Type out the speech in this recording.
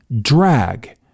drag